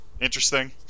interesting